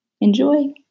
Enjoy